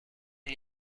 gli